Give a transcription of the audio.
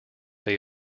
they